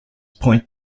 point